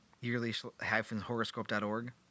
Yearly-horoscope.org